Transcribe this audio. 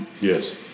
yes